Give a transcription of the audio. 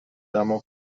دماغ